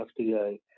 FDA